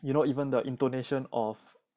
you know even the intonation of